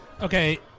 Okay